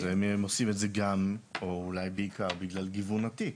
הם עושים את זה גם או אולי בעיקר בגלל גיוון התיק.